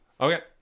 Okay